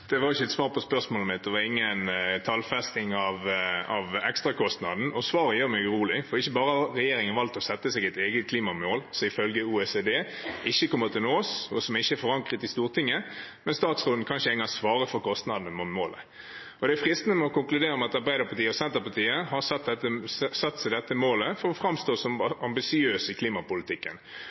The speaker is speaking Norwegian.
Det var ikke et svar på spørsmålet mitt. Det var ingen tallfesting av ekstrakostnaden, og svaret gjør meg urolig. Ikke bare har regjeringen valgt å sette seg et eget klimamål, som ifølge OECD ikke kommer til å nås, og som ikke er forankret i Stortinget, men statsråden kan ikke engang svare på kostnadene med å nå målet. Det er fristende å konkludere med at Arbeiderpartiet og Senterpartiet har satt seg dette målet for å framstå som ambisiøse i klimapolitikken,